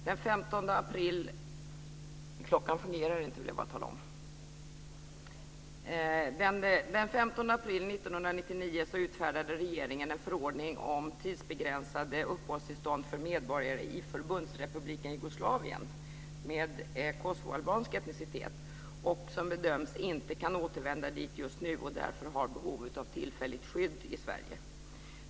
Den 15 april 1999 utfärdade regeringen en förordning om tidsbegränsade uppehållstillstånd för medborgare i Förbundsrepubliken Jugoslavien med kosovoalbansk etnicitet och som bedöms inte kan återvända dit just nu och därför har behov av tillfälligt skydd i Sverige.